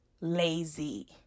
lazy